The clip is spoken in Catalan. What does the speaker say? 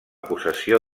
possessió